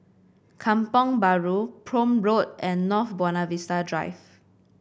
Kampong Bahru Prome Road and North Buona Vista Drive